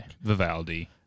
Vivaldi